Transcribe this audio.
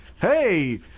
Hey